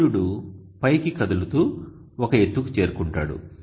సూర్యుడు పైకి కదులుతూ ఒక ఎత్తుకు చేరుకుంటాడు